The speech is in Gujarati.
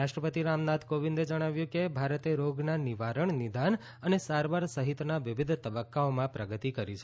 રાષ્ટ્રપતિ રામનાથ કોવિદે જણાવ્યું છે કે ભારતે રોગના નિવારણ નિદાન અને સારવાર સહિતના વિવિધ તબક્કાઓમાં પ્રગતિ કરી છે